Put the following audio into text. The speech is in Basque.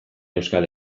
euskal